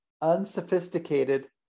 unsophisticated